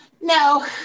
No